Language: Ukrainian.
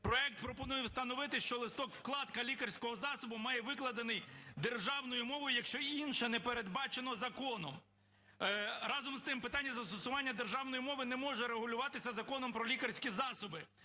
Проект пропонує встановити, що листок-вкладка лікарського засобу має викладений державною мовою, якщо інше не передбачено законом. Разом з тим, питання застосування державної мови не може регулюватися Законом про лікарські засоби,